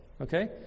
Okay